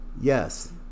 Yes